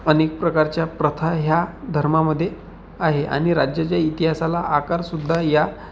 अनेक प्रकारच्या प्रथा ह्या धर्मामध्ये आहे आणि राज्याच्या इतिहासाला आकारसुद्धा या